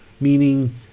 meaning